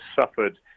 suffered